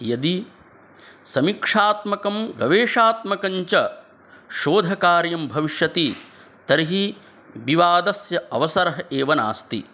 यदि समीक्षात्मकं गवेक्षात्मकं च शोधकार्यं भविष्यति तर्हि विवादस्य अवसरः एव नास्ति